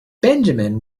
benjamin